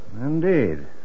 Indeed